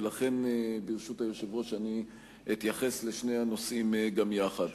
ולכן ברשות היושב-ראש אתייחס לשני הנושאים גם יחד.